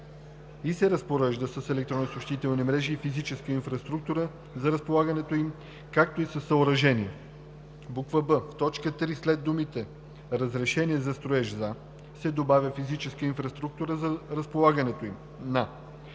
и се разпорежда с електронни съобщителни мрежи и физическа инфраструктура за разполагането им, както и със съоръжения;“ б) в т. 3 след думите „разрешения за строеж за“ се добавя „физическа инфраструктура за разполагането на“, а